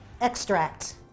extract